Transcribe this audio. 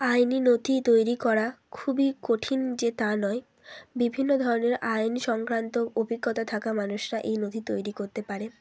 আইনি নথি তৈরি করা খুবই কঠিন যে তা নয় বিভিন্ন ধরনের আইন সংক্রান্ত অভিজ্ঞতা থাকা মানুষরা এই নথি তৈরি করতে পারে